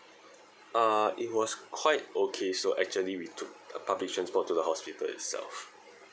uh it was quite okay so actually we took a public transport to the hospital itself